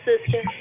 sister